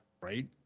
Right